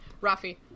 Rafi